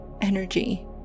energy